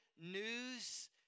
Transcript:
news